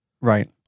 Right